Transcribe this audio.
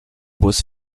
bus